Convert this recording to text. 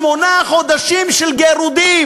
שמונה חודשים של גירודים: